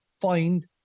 find